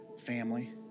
family